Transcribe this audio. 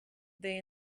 they